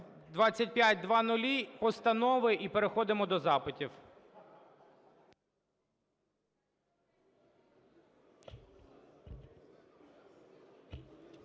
2500, постанови і переходимо до запитів.